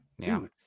Dude